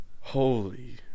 Holy